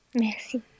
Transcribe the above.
Merci